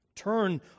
Turn